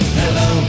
hello